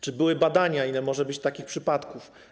Czy były badania, ile może być takich przypadków?